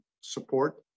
support